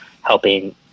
helping